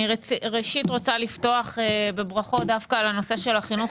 ראשית אני רוצה לפתוח בברכות דווקא בנושא החינוך